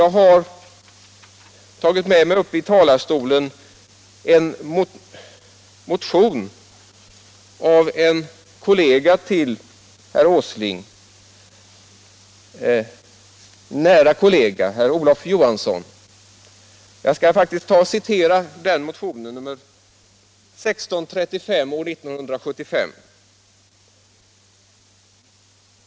Jag har tagit med mig upp i talarstolen en motion av en nära kollega till herr Åsling, herr Olof Johansson. Jag skall citera den motionen, nr 1635 år 1975.